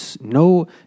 no